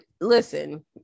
listen